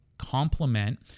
Complement